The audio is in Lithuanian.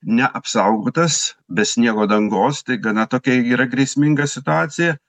neapsaugotas be sniego dangos tai gana tokia yra grėsminga situacija